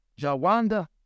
jawanda